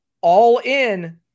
All-In